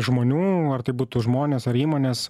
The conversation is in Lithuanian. žmonių ar tai būtų žmonės ar įmonės